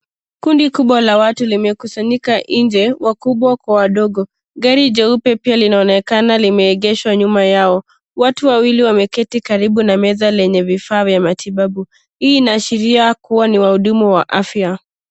Kundi kubwa la watu limekusanyika nje wakubwa kwa wadogo. Gari jeupe pia linaonekana limeegeshwa nyuma yao. Watu wawili wameketi karibu na meza lenye vifaa vya matibabu. Hii inaashiria kuwa ni wahudumu wa afya.